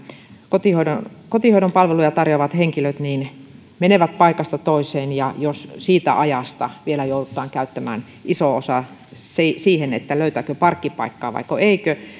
kotihoidon kotihoidon palveluja tarjoavat henkilöt menevät paikasta toiseen jos siitä ajasta vielä joudutaan käyttämään iso osa siihen löytääkö parkkipaikkaa vai eikö